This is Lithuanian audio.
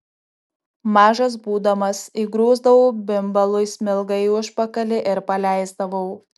mažas būdamas įgrūsdavau bimbalui smilgą į užpakalį ir paleisdavau